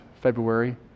February